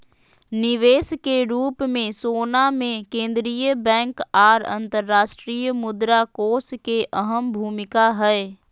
निवेश के रूप मे सोना मे केंद्रीय बैंक आर अंतर्राष्ट्रीय मुद्रा कोष के अहम भूमिका हय